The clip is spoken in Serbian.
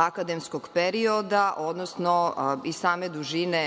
akademskog perioda, odnosno same dužine